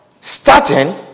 starting